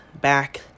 back